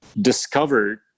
discovered